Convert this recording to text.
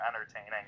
entertaining